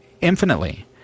infinitely